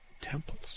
temples